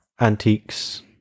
antiques